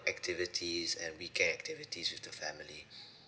activities and weekend activities with the family